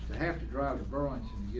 have to drive burlington